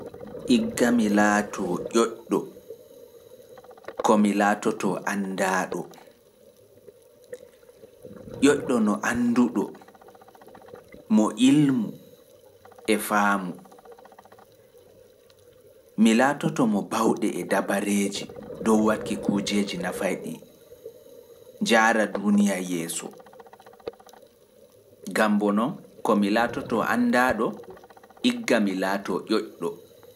Ndikka mi laato ƴoƴɗo ko mi laatoto andaaɗo. Ƴoƴɗo kam no neɗɗo mo ilmu efaamu. Mi laatoto mo bauɗe e dabareeji dow waɗki kujeeji nafaiɗi, njaara duuniya yeeso.